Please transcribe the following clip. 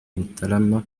mutarama